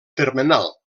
termenal